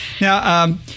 Now